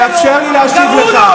המשפחה שלו,